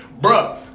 bro